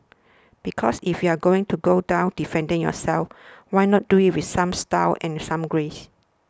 because if you are going to go down defending yourself why not do it with some style and some grace